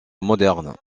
moderne